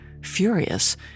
Furious